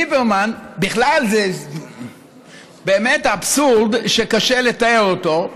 בכלל, זה באמת אבסורד שקשה לתאר אותו,